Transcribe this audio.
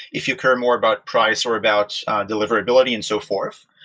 if you care more about price or about deliverability and so forth.